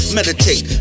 meditate